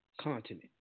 continent